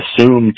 assumed